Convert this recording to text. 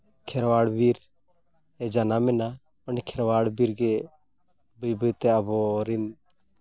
ᱠᱷᱮᱨᱣᱟᱞ ᱵᱤᱨ ᱮ ᱡᱟᱱᱟᱢᱮᱱᱟ ᱩᱱᱤ ᱠᱷᱮᱨᱣᱟᱞ ᱵᱤᱨ ᱜᱮ ᱵᱟᱹᱭ ᱵᱟᱹᱭ ᱛᱮ ᱟᱵᱚ ᱨᱮᱱ